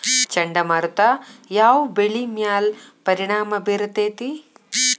ಚಂಡಮಾರುತ ಯಾವ್ ಬೆಳಿ ಮ್ಯಾಲ್ ಪರಿಣಾಮ ಬಿರತೇತಿ?